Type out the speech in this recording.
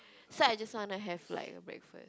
so I just wanna have like a breakfast